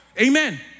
Amen